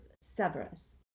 Severus